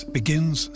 begins